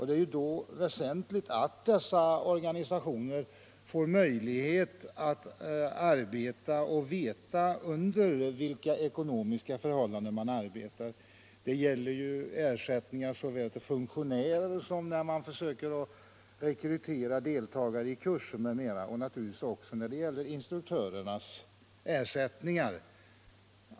Det är då väsentligt att dessa organisationer får möjlighet att arbeta och får veta under vilka ekonomiska förhållanden man arbetar. Det gäller ersättningar såväl till funktionärer som till de kursdeltagare man försöker rekrytera. Och naturligtvis gäller det även instruktörernas ersättningar.